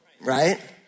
Right